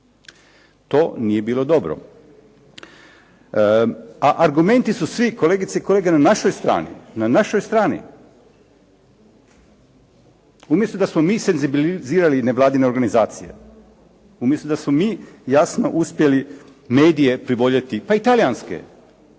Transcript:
To nije bilo dobro. A argumenti su svi kolegice i kolege na našoj strani, na našoj strani. Umjesto da smo mi senzibilizirali nevladine organizacije, umjesto da smo mi jasno uspjeli medije privoljeti, pa i talijanske.